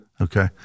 Okay